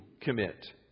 commit